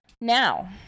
now